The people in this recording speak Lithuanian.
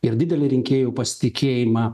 ir didelį rinkėjų pasitikėjimą